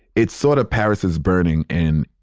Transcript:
it's sort of paris is burning and,